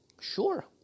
Sure